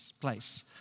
place